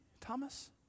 Thomas